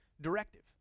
directive